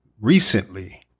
recently